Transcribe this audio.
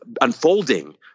unfolding